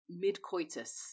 mid-coitus